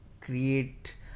create